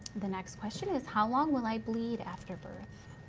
the next question is how long will i bleed after birth?